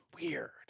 weird